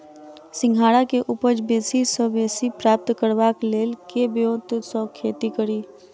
सिंघाड़ा केँ उपज बेसी सऽ बेसी प्राप्त करबाक लेल केँ ब्योंत सऽ खेती कड़ी?